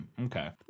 Okay